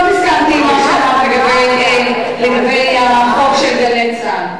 מאוד הסכמתי עם מה שאמרת לגבי החוק של "גלי צה"ל",